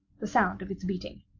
the sound of its beating.